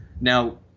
Now